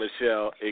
Michelle